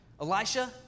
Elisha